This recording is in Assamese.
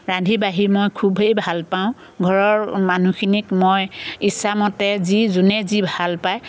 ৰান্ধি বাঢ়ি মই খুবেই ভাল পাওঁ ঘৰৰ মানুহখিনিক মই ইচ্ছামতে যি যোনে যি ভাল পায়